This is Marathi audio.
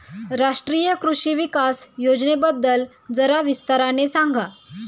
राष्ट्रीय कृषि विकास योजनेबद्दल जरा विस्ताराने सांगा